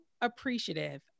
appreciative